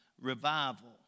revival